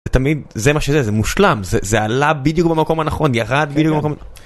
תמיד זה מה שזה זה מושלם זה זה עלה בדיוק במקום הנכון ירד בדיוק במקום.